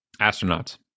astronauts